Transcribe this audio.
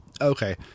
Okay